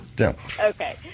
Okay